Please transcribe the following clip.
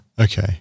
Okay